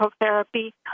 therapy